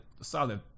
solid